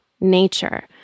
nature